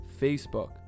Facebook